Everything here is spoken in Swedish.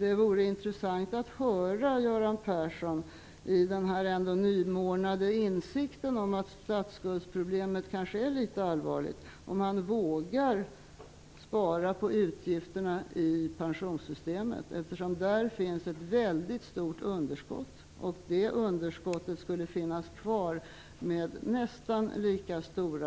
Det vore intressant att höra om Göran Persson i sin nymornade insikt om att statsskuldsproblemet kanske är litet allvarligt vågar spara på utgifterna i pensionssystemet. Där finns ett väldigt stort underskott. Det underskottet skulle vara nästan lika stort